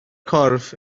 corff